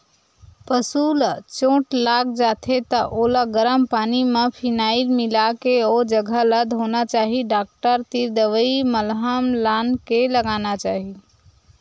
पसु ल चोट लाग जाथे त ओला गरम पानी म फिनाईल मिलाके ओ जघा ल धोना चाही डॉक्टर तीर दवई मलहम लानके लगाना चाही